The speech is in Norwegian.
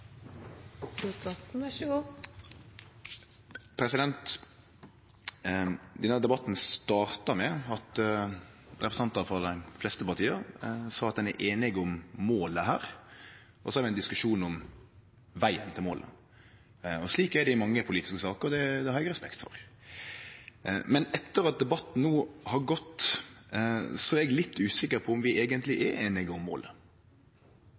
Denne debatten starta med at representantar frå dei fleste partia sa at ein her er einig om målet, og så har vi ein diskusjon om vegen til målet. Slik er det i mange politiske saker, og det har eg respekt for. Men etter at debatten no har gått, er eg litt usikker på om vi eigentleg er einige om målet.